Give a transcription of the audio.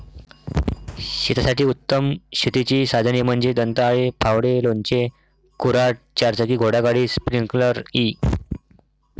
शेतासाठी उत्तम शेतीची साधने म्हणजे दंताळे, फावडे, लोणचे, कुऱ्हाड, चारचाकी घोडागाडी, स्प्रिंकलर इ